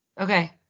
Okay